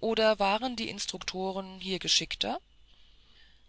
oder waren die instruktoren hier geschickter